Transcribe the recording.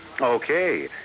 Okay